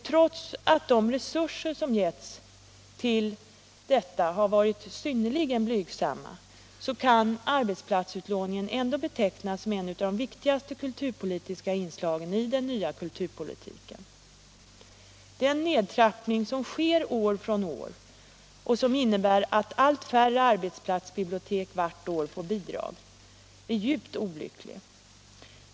Trots att de resurser som getts till detta har varit mycket blygsamma, kan arbetsplatsutlåningen betecknas som ett av de viktigaste kulturpolitiska inslagen i den nya kulturpolitiken. Den nedtrappning som sker år från år och som innebär att allt färre arbetsplatsbibliotek vart år får bidrag är djupt olycklig.